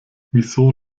wieso